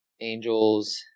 Angels